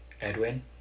Edwin